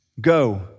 Go